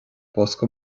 bosca